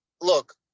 look